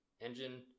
engine